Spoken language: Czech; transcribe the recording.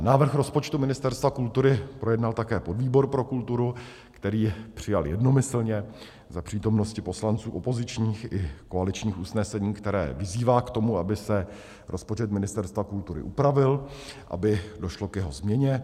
Návrh rozpočtu Ministerstva kultury projednal také podvýbor pro kulturu, který přijal jednomyslně za přítomnosti poslanců opozičních i koaličních usnesení, které vyzývá k tomu, aby se rozpočet Ministerstva kultury upravil, aby došlo k jeho změně.